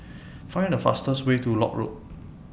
Find The fastest Way to Lock Road